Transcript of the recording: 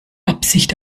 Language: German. absicht